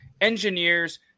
Engineers